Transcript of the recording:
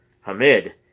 Hamid